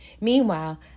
Meanwhile